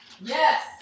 Yes